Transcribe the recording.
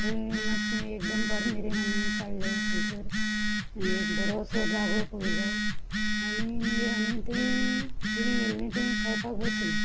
थंय मातशीं एक दनपार मेरेन आमी काडलें थंयसर एक बरोसो जागो पयलो आनी मागीर आमी तें कितें येल्लें तें खावपाक बसलीं